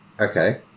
okay